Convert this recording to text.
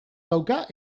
dauka